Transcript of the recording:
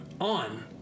on